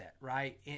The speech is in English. right